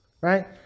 Right